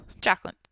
Jacqueline